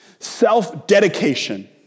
Self-dedication